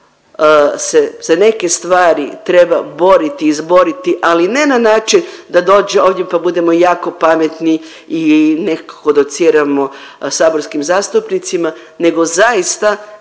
za neke stvari treba boriti i izboriti, ali ne na način da dođemo ovdje, pa budemo jako pametni i nekako dociramo saborskim zastupnicima nego zaista